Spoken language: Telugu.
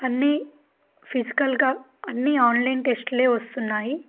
అన్నీ ఫిజికల్గా అన్ని ఆన్లైన్ టెస్ట్లే వస్తున్నాయి